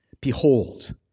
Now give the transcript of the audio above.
Behold